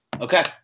Okay